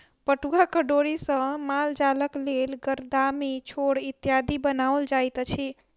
पटुआक डोरी सॅ मालजालक लेल गरदामी, छोड़ इत्यादि बनाओल जाइत अछि